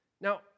Now